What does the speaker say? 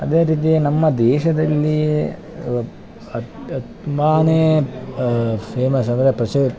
ಅದೇ ರೀತಿ ನಮ್ಮ ದೇಶದಲ್ಲಿ ಅತ್ ಅತ್ ತುಂಬಾ ಫೇಮಸ್ ಅಂದರೆ ಪ್ರಸಿದ್ದ